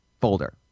folder